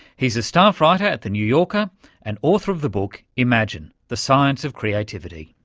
he's a staff writer at the new yorker and author of the book, imagine the science of creativity.